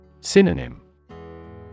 Synonym